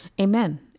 Amen